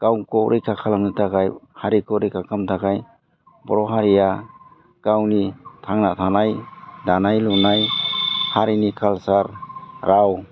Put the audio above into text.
गावखौ रैखा खालामनो थाखाय हारिखौ रैखा खालामनो थाखाय बर' हारिया गावनि थांना थानाय दानाय लुनाय हारिनि काल्सार राव